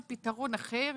או פתרון אחר,